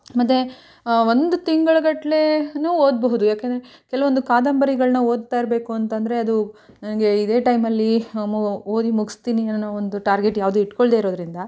ಮತ್ತು ಒಂದು ತಿಂಗಳುಗಟ್ಲೆಯೂ ಓದ್ಬಹುದು ಯಾಕಂದರೆ ಕೆಲವೊಂದು ಕಾದಂಬರಿಗಳನ್ನು ಓದ್ತಾ ಇರಬೇಕು ಅಂತಂದರೆ ಅದು ನನಗೆ ಇದೇ ಟೈಮಲ್ಲಿ ಓದಿ ಮುಗಿಸ್ತೀನಿ ಅನ್ನೋ ಒಂದು ಟಾರ್ಗೆಟ್ ಯಾವುದೂ ಇಟ್ಕೊಳ್ಳದೇ ಇರೋದರಿಂದ